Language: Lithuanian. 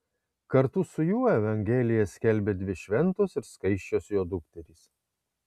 kartu su juo evangeliją skelbė dvi šventos ir skaisčios jo dukterys